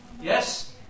Yes